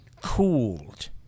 cooled